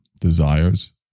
Desires